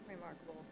remarkable